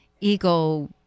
ego